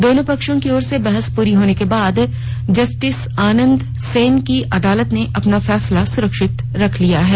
दोनों पक्षों की ओर से बहस पूरी होने के बाद जस्टिस आनंद सेन की अदालत ने अपना फैसला सुरक्षित रख लिया है